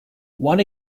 one